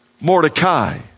Mordecai